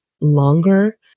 longer